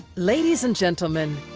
ladies and gentlemen,